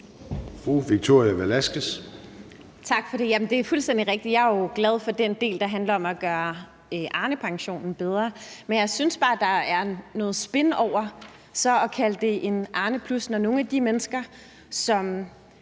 Tak for det. Jamen det er fuldstændig rigtigt. Jeg er jo glad for den del, der handler om at gøre Arnepensionen bedre. Men jeg synes bare, der er noget spin over så at kalde det en Arnepluspension, når vi ser, at